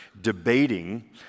debating